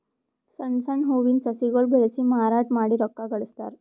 ಸಣ್ಣ್ ಸಣ್ಣ್ ಹೂವಿನ ಸಸಿಗೊಳ್ ಬೆಳಸಿ ಮಾರಾಟ್ ಮಾಡಿ ರೊಕ್ಕಾ ಗಳಸ್ತಾರ್